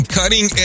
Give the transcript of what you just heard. cutting